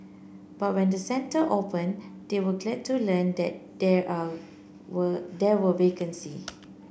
but when the centre opened they were glad to learn that there are were there were vacancy